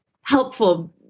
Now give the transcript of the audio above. helpful